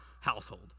household